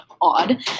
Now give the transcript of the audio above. odd